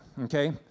Okay